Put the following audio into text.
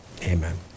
Amen